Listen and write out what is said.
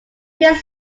this